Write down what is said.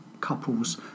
couples